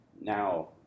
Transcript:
now